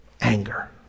anger